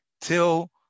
till